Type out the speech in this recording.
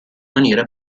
maniera